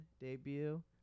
debut